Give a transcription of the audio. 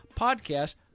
podcast